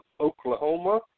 Oklahoma